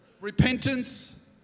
Repentance